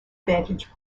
vantage